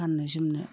गाननाय जोमनाय